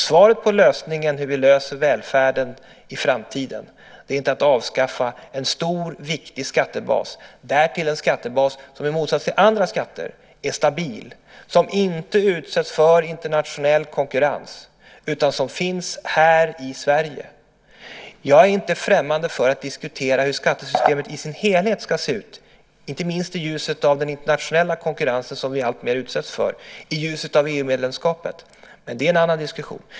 Svaret om hur vi löser välfärden i framtiden är alltså inte att vi ska avskaffa en stor och viktig skattebas, därtill en skattebas som i motsats till andra skatter är stabil, som inte utsätts för internationell konkurrens utan som finns här i Sverige. Jag är inte främmande för att diskutera hur skattesystemet i sin helhet ska se ut, inte minst i ljuset av den internationella konkurrens som vi alltmer utsätts för och i ljuset av EU-medlemskapet, men det är en annan diskussion.